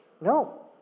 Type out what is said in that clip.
No